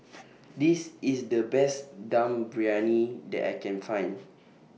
This IS The Best Dum Briyani that I Can Find